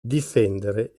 difendere